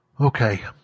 Okay